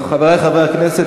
חברי חברי הכנסת,